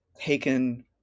taken